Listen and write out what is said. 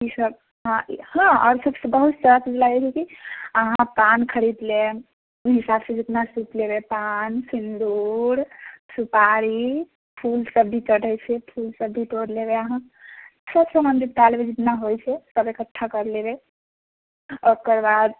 हँ इसभ हँ आओर बहुत सारा चीजसभ लागैत छै कि अहाँ पान खरीद लेब ओहि हिसाबसँ जितना कि सूप लेबै पान सिन्दूर सुपारी फूलसभ भी चढ़ैत छै फूलसभ भी तोड़ि लेबै अहाँ सभ सामान निपटा लेबै जितना होइत छै सभ इक्कठा करि लेबै ओकरबाद